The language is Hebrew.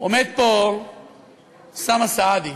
עומד פה אוסאמה סעדי,